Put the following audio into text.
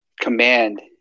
command